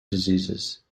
diseases